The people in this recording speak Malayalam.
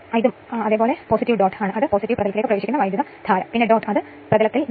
ഇപ്പോൾ ഷോർട്ട് സർക്യൂട്ട് പരിശോധന ഇവിടെ K 2